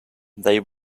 they